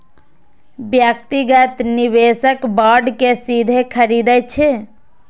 व्यक्तिगत निवेशक बांड कें सीधे खरीदै छै